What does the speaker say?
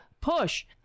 push